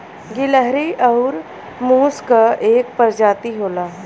गिलहरी आउर मुस क एक परजाती होला